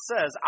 says